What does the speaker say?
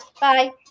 bye